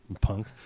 Punk